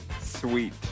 Sweet